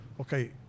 okay